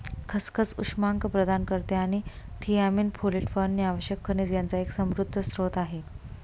खसखस उष्मांक प्रदान करते आणि थियामीन, फोलेट व अन्य आवश्यक खनिज यांचा एक समृद्ध स्त्रोत आहे